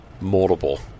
multiple